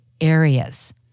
areas